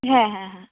ᱦᱮᱸ ᱦᱮᱸ ᱦᱮᱸ